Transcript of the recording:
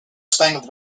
spangled